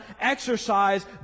exercise